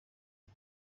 ubu